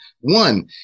One